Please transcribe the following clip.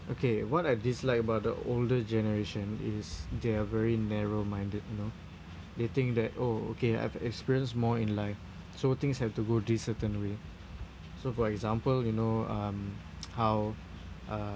okay what I dislike about the older generation is they are very narrow minded you know they think that oh okay I've experienced more in life so things have to go this certain way so for example you know um how uh